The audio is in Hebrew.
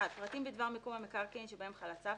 (1)פרטים בדבר מיקום המקרקעין שבהם חל הצו,